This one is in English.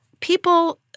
people